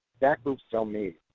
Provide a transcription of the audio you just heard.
that group still meets,